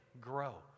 grow